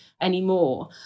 anymore